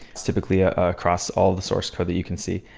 it's typically ah across all the source code that you can see.